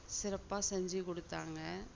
சிறப்பாக செஞ்சுக் கொடுத்தாங்க